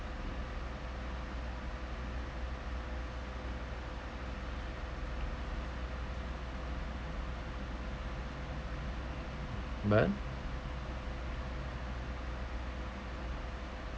but